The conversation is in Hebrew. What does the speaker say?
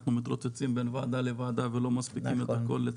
אנחנו מתרוצצים בין ועדה לוועדה ולא מספיקים את הכול.